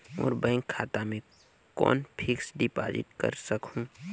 मोर bank खाता मे कौन फिक्स्ड डिपॉजिट कर सकहुं?